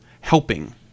helping